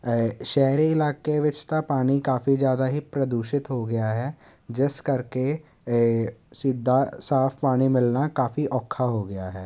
ਸ਼ਹਿਰੀ ਇਲਾਕੇ ਵਿੱਚ ਤਾਂ ਪਾਣੀ ਕਾਫੀ ਜ਼ਿਆਦਾ ਹੀ ਪ੍ਰਦੂਸ਼ਿਤ ਹੋ ਗਿਆ ਹੈ ਜਿਸ ਕਰਕੇ ਸਿੱਧਾ ਸਾਫ ਪਾਣੀ ਮਿਲਣਾ ਕਾਫੀ ਔਖਾ ਹੋ ਗਿਆ ਹੈ